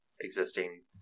existing